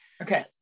Okay